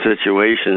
situations